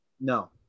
No